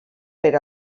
per